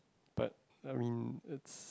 but I mean it's